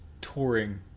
touring